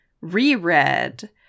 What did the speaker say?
reread